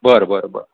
बरं बरं बरं